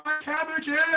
cabbages